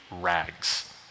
rags